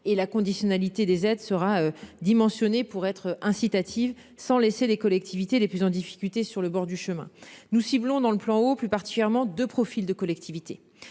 et la conditionnalité des aides sera dimensionné pour être incitatives. Sans laisser les collectivités les plus en difficulté sur le bord du chemin. Nous ciblons dans le plan eau plus particulièrement de profil de collectivités,